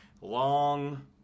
Long